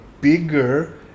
bigger